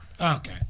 Okay